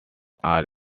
are